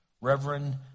Reverend